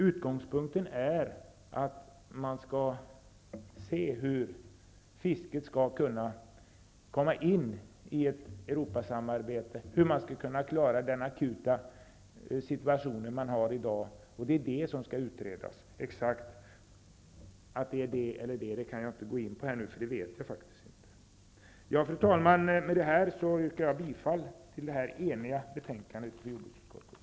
Utgångspunkten är att man skall se efter hur fisket skall kunna komma in i ett Europasamarbete och hur man skall kunna klara av den akuta situation som råder i dag. Det är det som skall utredas. Exakt vilka direktiven är kan jag inte gå in på, eftersom jag ännu inte känner till dem. Fru talman! Med det här yrkar jag bifall till jordbruksutskottets hemställan i det här eniga betänkandet.